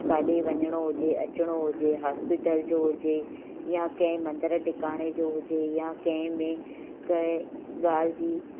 काॾे वञिणो हुजे अचिणो हुजे हॉस्पिटल जो हुजे या कंहिं मंदरु टिकाणे जो हुजे या कंहिं में कंहिं ॻाल्हि जी